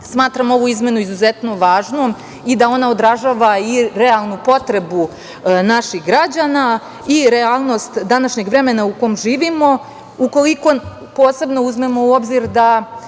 Smatram ovu izmenu izuzetno važnom i da ona odražava realnu potrebu naših građana i realnost današnjeg vremena u kome živimo, ukoliko posebno uzmemo u obzir da